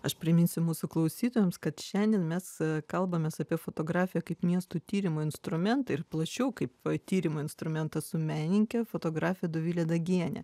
aš priminsiu mūsų klausytojams kad šiandien mes kalbamės apie fotografiją kaip miestų tyrimo instrumentą ir plačiau kaip tyrimo instrumentą su menininke fotografe dovile dagiene